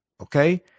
Okay